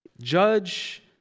judge